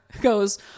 goes